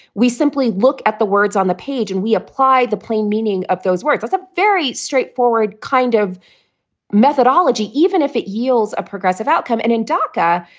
we simply look at the words on the page and we apply the plain meaning of those words with a very straightforward kind of methodology. even if it yields a progressive outcome. and in dhaka,